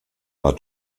war